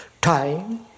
Time